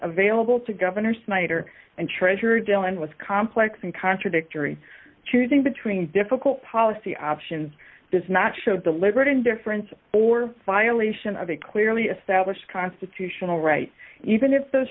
available to governor snyder and treasurer dillon was complex and contradictory choosing between difficult policy options does not show deliberate indifference or violation of a clearly established constitutional right even if those